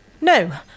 No